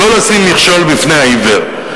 לא לשים מכשול בפני העיוור.